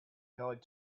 going